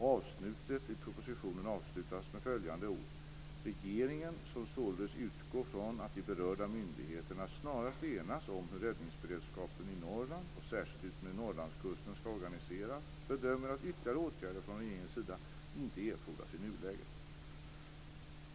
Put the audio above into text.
Avsnittet i propositionen avslutas med följande ord: "Regeringen, som således utgår från att de berörda myndigheterna snarast enas om hur räddningsberedskapen i Norrland och särskilt utmed norrlandskusten skall organiseras, bedömer att ytterligare åtgärder från regeringens sida inte erfordras i nuläget."